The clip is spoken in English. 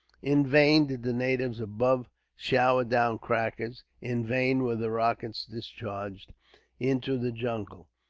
in vain did the natives above shower down crackers. in vain were the rockets discharged into the jungle.